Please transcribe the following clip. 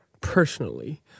personally